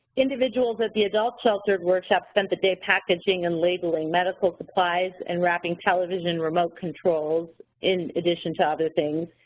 individuals at the adult sheltered workshop spent the day packaging and labeling medical supplies and wrapping television remote controls in addition to other things,